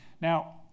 Now